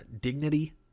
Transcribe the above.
dignity